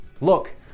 Look